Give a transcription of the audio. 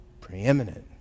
preeminent